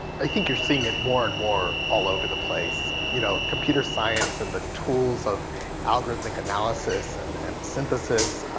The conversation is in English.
i think you're seeing it more and more all over the place. you know computer science and the tools of algorithmic analysis and and synthesis.